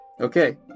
Okay